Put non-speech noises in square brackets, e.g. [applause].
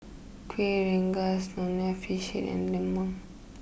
Kueh Rengas Nonya Fish Head and Lemang [noise]